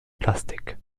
plastik